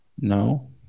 No